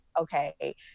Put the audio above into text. Okay